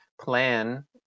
plan